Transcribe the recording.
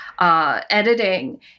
editing